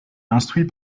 instruit